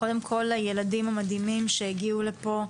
לילדים המדהימים שהגיעו לפה.